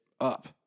up